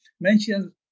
mentions